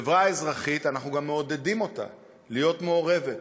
חברה אזרחית, אנחנו מעודדים אותה להיות מעורבת